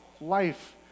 life